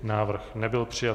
Návrh nebyl přijat.